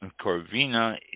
Corvina